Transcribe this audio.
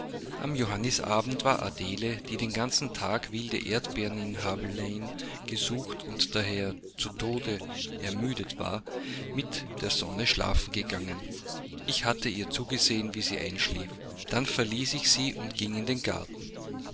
am johannisabend war adele die den ganzen tag wilde erdbeeren in haylane gesucht und daher zu tode ermüdet war mit der sonne schlafen gegangen ich hatte ihr zugesehen wie sie einschlief dann verließ ich sie und ging in den garten